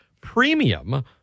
Premium